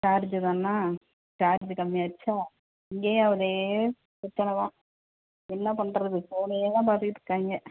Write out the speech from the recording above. சார்ஜ்தானா charge கம்மியாகிடுச்சா இங்கேயும் அதே பிரச்சனை தான் என்ன பண்ணுறது ஃபோனையே தான் பார்த்துட்டு இருக்காங்க